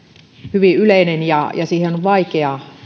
hyvin yleinen ja siihen on ehkä